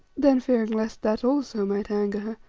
then fearing lest that also might anger her,